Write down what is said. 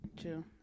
True